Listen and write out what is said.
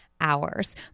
hours